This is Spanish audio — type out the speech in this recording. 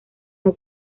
muy